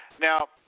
Now